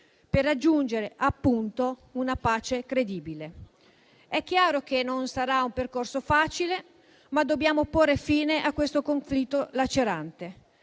per raggiungere appunto una pace credibile. È chiaro che non sarà un percorso facile, ma dobbiamo porre fine a questo conflitto lacerante.